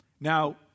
Now